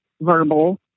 verbal